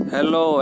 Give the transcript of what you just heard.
Hello